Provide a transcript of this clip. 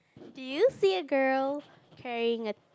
do you see a girl carrying a